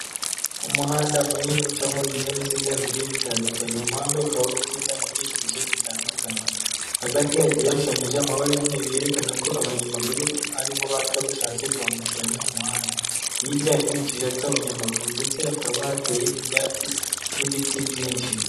Umuhanda munini ucamo ibinyabiziga bigiye bitandukanye, umuhanda ukaba ugenda mu byerekezo bitandukanye, hagati hashushanyije amabara y'umweru yerekana ko abanyamaguru ariho baca bashatse kwambukiranya umuhanda. Hirya hari utuyira tw'abanyamaguru ndetse hakaba hateye ibyatsi n'ibiti byinshi.